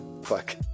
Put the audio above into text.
Fuck